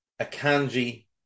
Akanji